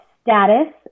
status